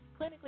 clinically